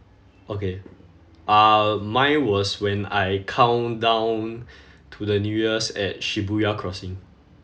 okay uh mine was when I count down to the new year's at shibuya crossing